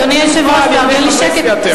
השקט יופרע על-ידי חברי סיעתך.